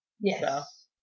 Yes